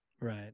Right